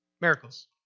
Miracles